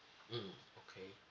mmhmm okay